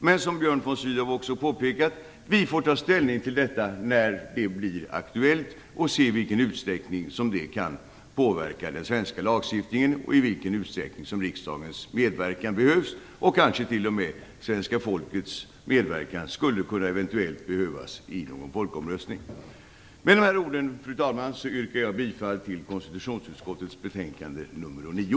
Men som Björn von Sydow också påpekade får vi ta ställning till detta när det blir aktuellt och se hur det kan påverka den svenska lagstiftningen och i vilken utsträckning som riksdagens medverkan behövs och i vilken utsträckning svenska folkets eventuella medverkan skulle behövas i någon folkomröstning. Fru talman! Med dessa ord yrkar jag bifall till hemställan i konstitutionsutskottets betänkande nr 9.